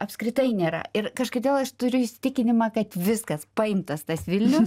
apskritai nėra ir kažkodėl aš turiu įsitikinimą kad viskas paimtas tas vilnius